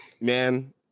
Man